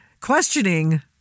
questioning